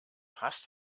hasst